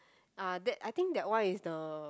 uh that I think that one is the